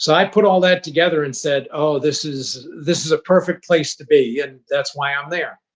so i put all that together and said, oh, this is this is a perfect place to be, and that's why i'm there.